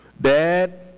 Dad